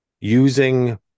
using